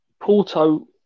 Porto